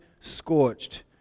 scorched